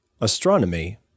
astronomy